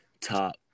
top